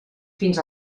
fins